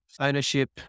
ownership